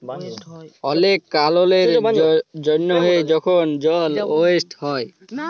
অলেক কারলের জ্যনহে যখল জল ওয়েস্ট হ্যয়